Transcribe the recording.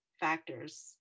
factors